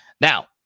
Now